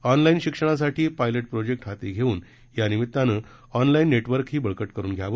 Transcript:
ऑनला जे शिक्षणासाठी pilot project हाती घेऊन यानिमित्ताने ऑनला जे नेटवर्कही बळकट करून घ्यावे